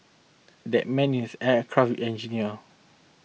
that man is an aircraft engineer